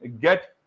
get